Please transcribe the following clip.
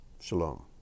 Shalom